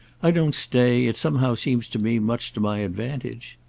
i don't stay, it somehow seems to me, much to my advantage.